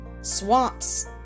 swamps